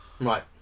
right